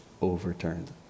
overturned